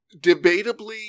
debatably